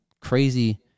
crazy